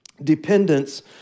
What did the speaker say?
dependence